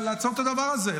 לעצור את הדבר הזה,